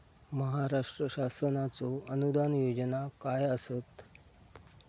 महाराष्ट्र शासनाचो अनुदान योजना काय आसत?